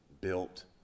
built